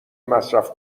مصرف